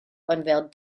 unveiled